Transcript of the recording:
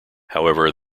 however